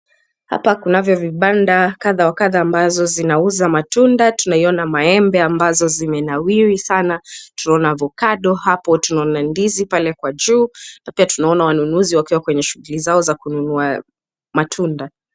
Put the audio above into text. Hapa kunavyo vibanda kadha wa kadha ambazo zinauza matunda, tunaiona maembe ambayo imenawiri sana, tunaona avocado hapo, tunaona ndizi pale kwa juu na pia tunaona wanunuzi wakiwa kwenye shughuli zao za kununua matunda.